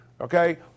Okay